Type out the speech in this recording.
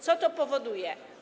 Co to powoduje?